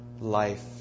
life